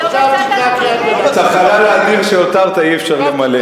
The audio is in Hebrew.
עוד לא מצאת, את החלל האדיר שהותרת אי-אפשר למלא.